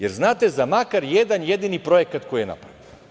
Jer, znate za makar jedan jedini projekat koji je napravio?